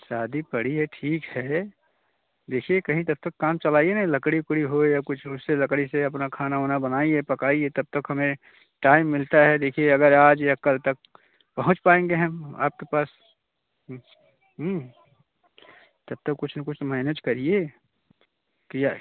शादी पड़ी है ठीक है देखिए कहीं तक तो काम चलाइए नहीं लकड़ी वकड़ी हो या कुछ उससे लकड़ी से अपना खाना वाना बनाइए पकाइए तब तक हमें टाइम मिलता है देखिए अगर आज या कल तक पहुँच पाएँगे हम आपके पास तब तक कुछ ना कुछ तो मैनेज करिए क्या